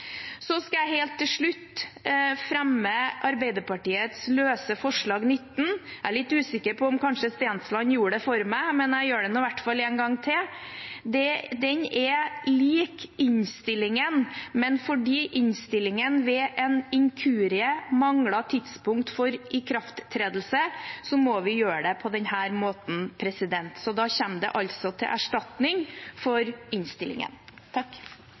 Så vil jeg helt til slutt fremme Arbeiderpartiets løse forslag nr. 19. Jeg er litt usikker på om Stensland kanskje gjorde det for meg, men jeg gjør det nå en gang til i hvert fall. Det er likt innstillingen, men fordi innstillingen ved en inkurie mangler tidspunkt for ikrafttredelse, må vi gjøre det på denne måten. Så da kommer det altså til erstatning for innstillingen.